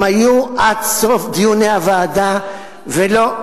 הם היו עד סוף דיוני הוועדה ולא,